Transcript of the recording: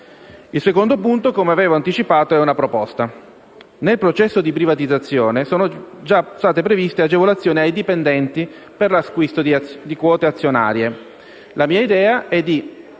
Il secondo punto, come avevo anticipato, è una proposta. Nel processo di privatizzazione sono state previste agevolazioni ai dipendenti per l'acquisto di quote azionarie. La mia idea è che,